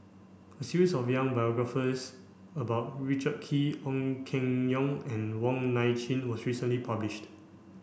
a series of biographies about Richard Kee Ong Keng Yong and Wong Nai Chin was recently published